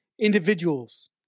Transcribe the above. individuals